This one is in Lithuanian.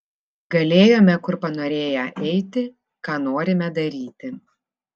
galėjome kur panorėję eiti ką norime daryti